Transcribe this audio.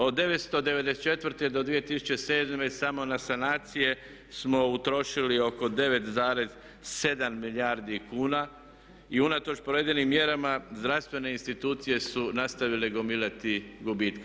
Od 1994. do 2007. samo na sanacije smo utrošili oko 9,7 milijardi kuna i unatoč provedenim mjerama zdravstvene institucije su nastavile gomilati gubitke.